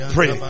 Pray